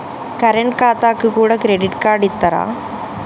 Current ఖాతాకు కూడా credit card ఇత్తరా?